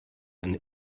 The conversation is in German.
eine